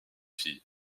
filles